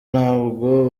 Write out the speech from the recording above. ntabwo